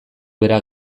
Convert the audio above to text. bera